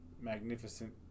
magnificent